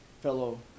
fellow